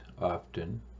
often